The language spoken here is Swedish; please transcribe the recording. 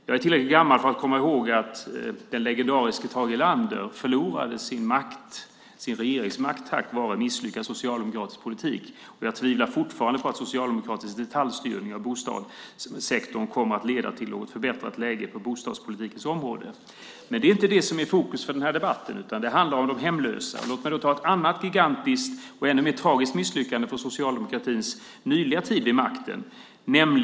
Jag är tillräckligt gammal för att komma ihåg att den legendariske Tage Erlander förlorade regeringsmakten tack vare en misslyckad socialdemokratisk politik. Jag tvivlar fortfarande på att socialdemokratisk detaljstyrning av bostadssektorn kommer att leda till ett förbättrat läge på bostadspolitikens område. Men det är inte det som är fokus för den här debatten, utan den handlar om de hemlösa. Låt mig ta upp ett annat gigantiskt och ännu mer tragiskt misslyckande från socialdemokratins tid vid makten under senare år.